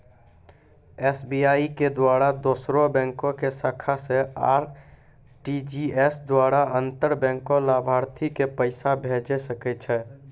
SBI के द्वारा दोसरो बैंको के शाखा से आर.टी.जी.एस द्वारा अंतर बैंक लाभार्थी के पैसा भेजै सकै छै